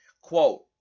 Quote